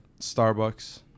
Starbucks